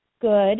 good